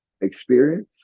experience